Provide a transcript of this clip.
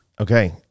Okay